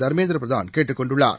தர்மேந்திரபிரதான் கேட்டுக் கொண்டுள்ளார்